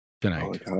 tonight